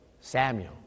Samuel